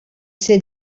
ser